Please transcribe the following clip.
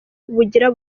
bugira